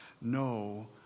no